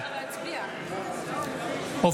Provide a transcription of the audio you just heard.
תודה.